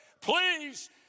please